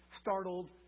startled